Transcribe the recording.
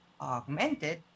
augmented